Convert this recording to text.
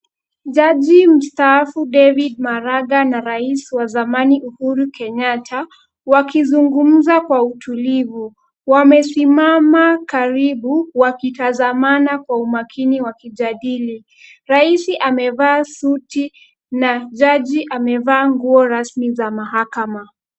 Jaji mstaafu David Maraga na rais wa zamani Uhuru Kenyatta, wakizungumza kwa utulivu. Wamesimama karibu, wakitazamana kwa umakini wakijadili. Rais amevaa suti na jaji amevaa nguo rasmi za mahakama.